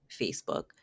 Facebook